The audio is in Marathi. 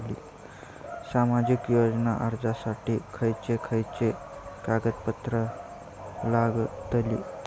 सामाजिक योजना अर्जासाठी खयचे खयचे कागदपत्रा लागतली?